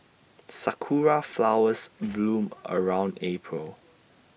Sakura Flowers bloom around April